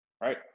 Right